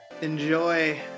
Enjoy